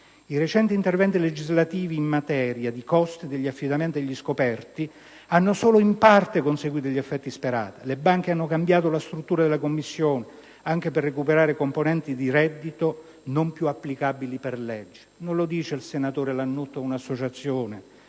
I recenti interventi legislativi in materia di costo degli affidamenti degli scoperti hanno solo in parte conseguito gli effetti sperati. Le banche hanno cambiato la struttura delle commissioni, anche per recuperare componenti di reddito non più applicabili per legge. Non lo dice il senatore Lannutti o un'associazione,